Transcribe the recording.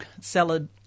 salad